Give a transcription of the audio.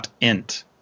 .int